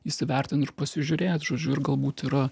įsivertint ir pasižiūrėt žodžiu ir galbūt yra